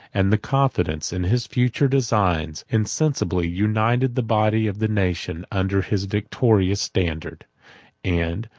and the confidence in his future designs, insensibly united the body of the nation under his victorious standard and,